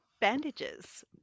bandages